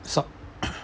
sup~